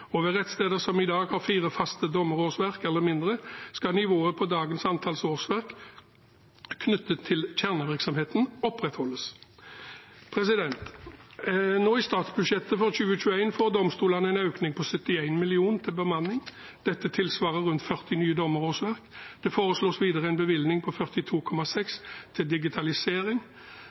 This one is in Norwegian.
rettssteder som i dag har fire faste dommerårsverk eller mindre, skal nivået på dagens antall årsverk knyttet til kjernevirksomheten opprettholdes. Nå i statsbudsjettet for 2021 får domstolene en økning på 71 mill. kr til bemanning. Dette tilsvarer rundt 40 nye dommerårsverk. Det foreslås videre en bevilgning på 42,6 mill. kr til digitalisering.